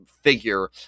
figure